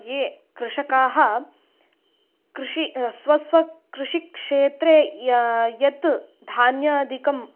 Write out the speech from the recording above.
ये कृषकाः कृषिः स्व स्व कृषिक्षेत्रे यत् धान्यादिकम्